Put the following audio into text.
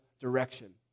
direction